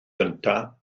gyntaf